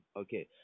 okay